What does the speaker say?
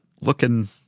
looking